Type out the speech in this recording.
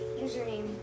username